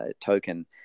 token